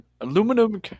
aluminum